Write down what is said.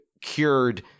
cured